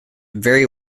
vary